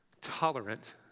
tolerant